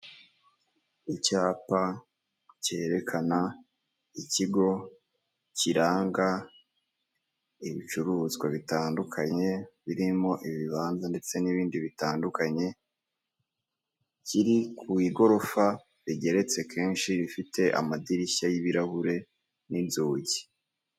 Icyapa cyerekana ikigo kiranga ibicuruzwa bitandukanye, birimo ibibanza ndetse n’ibindi bitandukanye, kiri ku igorofa rigeretse kenshi rifite amadirishya y’ibirahure n’inzugi.